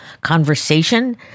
conversation